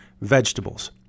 vegetables